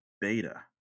beta